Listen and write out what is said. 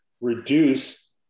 reduce